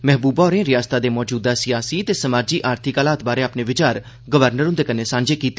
महबूबा होरें रिआसता दे मौजूदा सियासी ते समाजी आर्थिक हालात बारै अपने विचार गवर्नर हुंदे कन्नै सांझे कीते